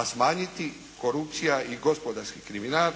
a smanjiti korupcija i gospodarski kriminal,